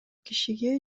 кишиге